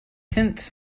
since